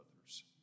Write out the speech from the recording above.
others